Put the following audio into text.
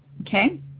okay